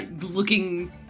Looking